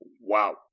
Wow